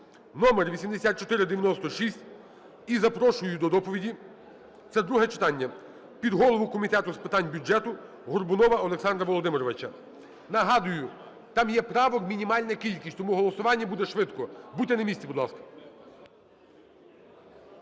(№ 8496). І запрошую до доповіді - це друге читання, - підголову Комітету з питань бюджету Горбунова Олександра Володимировича. Нагадую, там є правок мінімальна кількість, тому голосування буде швидко. Будьте на місці, будь ласка.